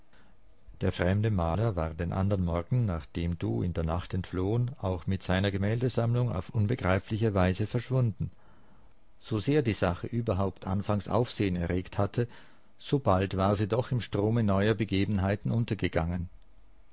der fremde maler war den ändern morgen nachdem du in der nacht entflohen auch mit seiner gemäldesammlung auf unbegreifliche weise verschwunden sosehr die sache überhaupt anfangs aufsehen erregt hatte so bald war sie doch im strome neuer begebenheiten untergegangen